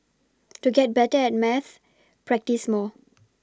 to get better at maths practise more